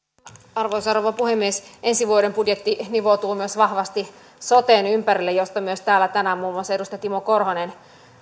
arvoisa rouva puhemies ensi vuoden budjetti nivoutuu myös vahvasti soten ympärille josta täällä tänään muun muassa myös edustaja timo korhonen